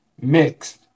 mixed